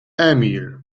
emil